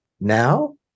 now